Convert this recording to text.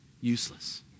Useless